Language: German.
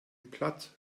platt